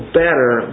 better